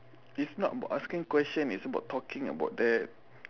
it's not about asking questions it's about talking about that